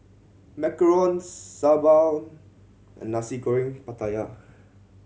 macarons sambal and Nasi Goreng Pattaya